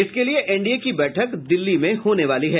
इसके लिये एनडीए की बैठक दिल्ली में होने वाली है